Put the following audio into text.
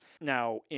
Now